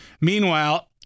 Meanwhile